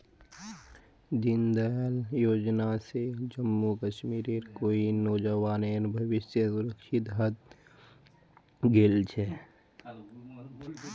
दीनदयाल योजना स जम्मू कश्मीरेर कई नौजवानेर भविष्य सुरक्षित हइ गेल छ